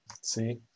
See